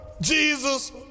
Jesus